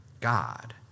God